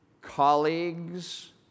colleagues